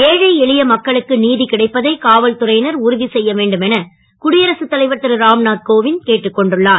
ஏழை எளிய மக்களுக்கு நீதி கிடைப்பதை காவல்துறையினர் உறுதி செய்ய வேண்டும் என குடியரசு தலைவர் திருராம்நாத் கோவிந்த் கேட்டுக் கொண்டுள்ளார்